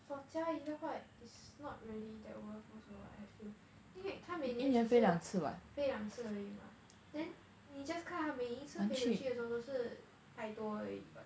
for jia yi 的话 is not really that worth also I feel you 因为她每年只是飞廉此而已 mah then 你 just 看她每一次飞回去的时候都是百多而已 but